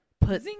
put